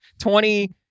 Twenty